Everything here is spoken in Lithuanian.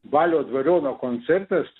balio dvariono koncertas